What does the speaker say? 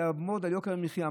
יעמוד על יוקר המחיה,